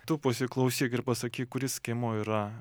tu pasiklausyk ir pasakyk kuris skiemuo yra